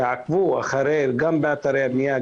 יעקבו גם באתרי הבנייה,